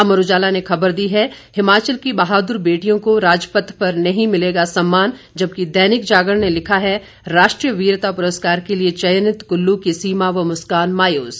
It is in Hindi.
अमर उजाला ने खबर दी है हिमाचल की बहादुर बेटियों को राजपथ पर नहीं मिलेगा सम्मान जबकि दैनिक जागरण ने लिखा है राष्ट्रीय वीरता पुरस्कार के लिए चयनित कुल्लू की सीमा व मुस्कान मायूस